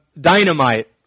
dynamite